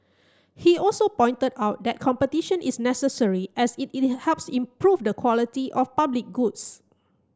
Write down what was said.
he also pointed out that competition is necessary as it it helps improve the quality of public goods